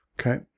Okay